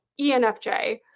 ENFJ